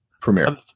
premiere